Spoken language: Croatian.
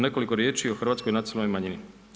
Nekoliko riječi o hrvatskoj nacionalnoj manjini.